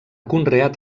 conreat